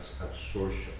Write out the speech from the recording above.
absorption